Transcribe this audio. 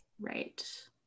Right